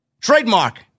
Trademark